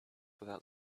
without